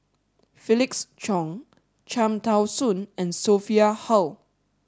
Felix Cheong Cham Tao Soon and Sophia Hull